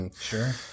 Sure